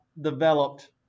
developed